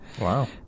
wow